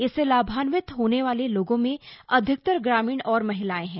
इससे लाभान्वित होने वाले लोगों में अधिकतर ग्रामीण और महिलाए हैं